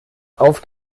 auf